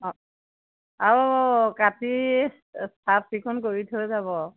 অঁ আৰু কাটি চাফ চিকুণ কৰি থৈ যাব